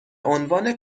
عنوان